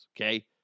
Okay